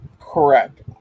correct